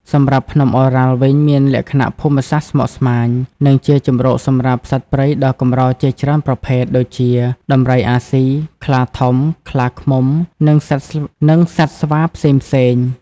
សម្រាប់ភ្នំឱរ៉ាល់វិញមានលក្ខណៈភូមិសាស្ត្រស្មុគស្មាញ និងជាជម្រកសម្រាប់សត្វព្រៃដ៏កម្រជាច្រើនប្រភេទ ដូចជាដំរីអាស៊ី ខ្លាធំ ខ្លាឃ្មុំ និងសត្វស្វាផ្សេងៗ។